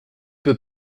peu